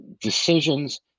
Decisions